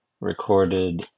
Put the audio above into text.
recorded